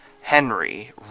Henry